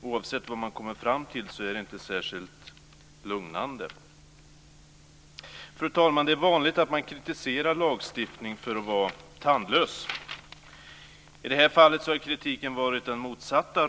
Oavsett vad man kommer fram till är det inte särskilt lugnande. Fru talman! Det är vanligt att man kritiserar lagstiftning för att vara tandlös. I det här fallet har kritiken varit den motsatta.